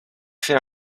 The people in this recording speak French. fait